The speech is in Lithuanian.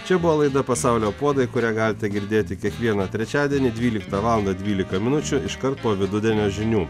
čia buvo laida pasaulio puodai kurią galite girdėti kiekvieną trečiadienį dvyliktą valandą dvylika minučių iškart po vidudienio žinių